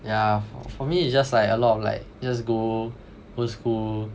yeah for me it's just like a lot of like just go go to school